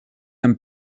amb